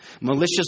Malicious